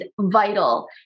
vital